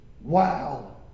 Wow